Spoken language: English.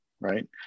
Right